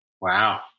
Wow